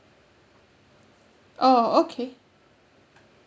oh okay